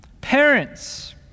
parents